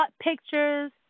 pictures